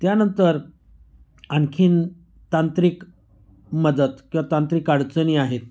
त्यानंतर आणखी तांत्रिक मदत किंवा तांत्रिक अडचणी आहेत